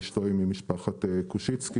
אישתו היא ממשפחת קושיצקי,